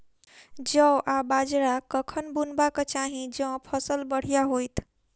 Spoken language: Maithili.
जौ आ बाजरा कखन बुनबाक चाहि जँ फसल बढ़िया होइत?